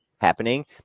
happening